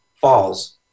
falls